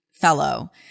fellow